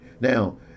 Now